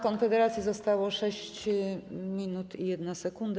Konfederacji zostało 6 minut i 1 sekunda.